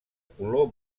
color